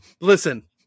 Listen